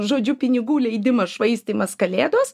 žodžiu pinigų leidimas švaistymas kalėdos